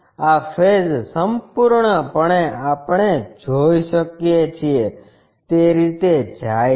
આ ફેસ સંપૂર્ણપણે આપણે જોઈ શકીએ છીએ તે રીતે જાય છે